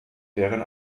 deren